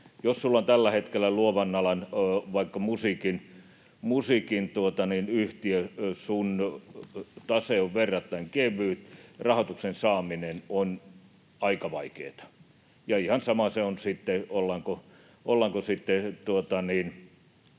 Jos sinulla on tällä hetkellä luovan alan, vaikka musiikin, yhtiö, sinun tase on verrattain kevyt. Rahoituksen saaminen on aika vaikeata. Ja ihan sama se on, ollaanko sitten